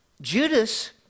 Judas